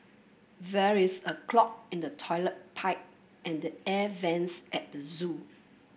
there is a clog in the toilet pipe and the air vents at the zoo